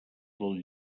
del